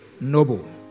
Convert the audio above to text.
noble